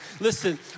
Listen